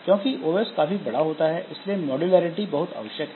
क्योंकि OS काफी बड़ा होता है इसलिए मॉड्यूलैरिटी बहुत आवश्यक है